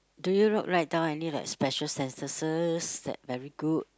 do you not write down any like special sentences that very good